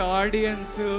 audience